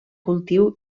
cultiu